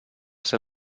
ser